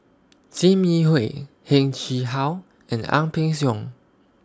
SIM Yi Hui Heng Chee How and Ang Peng Siong